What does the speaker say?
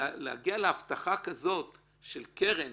להגיע להבטחה כזאת של קרן